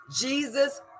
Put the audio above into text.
Jesus